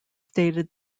stated